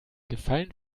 gefallen